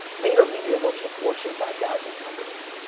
vaynermedia works with fortune five thousand companies.